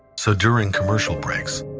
so during commercial breaks,